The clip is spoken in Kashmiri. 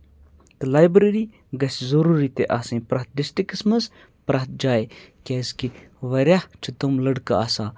تہٕ لایبرٔری گژھِ ضٔروٗری تہِ آسٕنۍ پرٛٮ۪تھ ڈِسٹرکَس منٛز پرٛٮ۪تھ جایہِ کیٛازِکہِ واریاہ چھِ تِم لٔڑکہٕ آسان